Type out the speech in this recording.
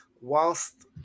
whilst